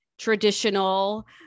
traditional